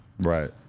Right